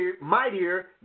mightier